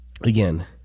again